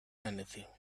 anything